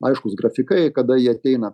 aiškūs grafikai kada jie ateina